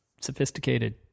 sophisticated